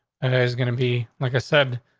and i was gonna be like i said,